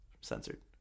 Censored